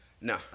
No